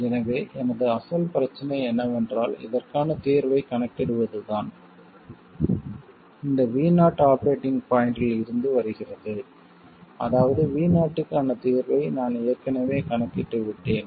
எனவே எனது அசல் பிரச்சனை என்னவென்றால் இதற்கான தீர்வைக் கணக்கிடுவதுதான் இந்த V0 ஆபரேட்டிங் பாய்ண்டில் இருந்து வருகிறது அதாவது V0 க்கான தீர்வை நான் ஏற்கனவே கணக்கிட்டுவிட்டேன்